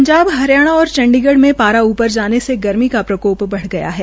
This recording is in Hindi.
पंजाब हरियाणा और चंडीगढ़ में पारा ऊपर जाने से गर्मी का प्रकोप बढ़ गया है